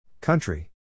Country